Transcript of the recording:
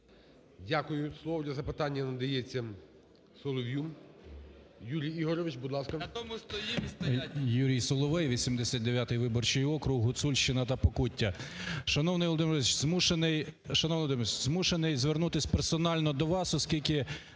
Дякую. Слово для запитання надається Солов'ю. Юрій Ігорович, будь ласка.